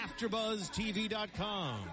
AfterBuzzTV.com